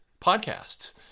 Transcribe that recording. podcasts